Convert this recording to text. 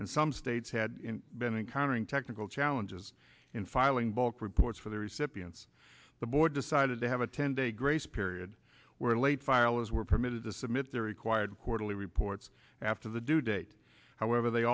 and some states had been encountering technical challenges in filing bulk reports for the recipients the board decided to have a ten day grace period where late filers were permitted to submit their required quarterly reports after the due date however they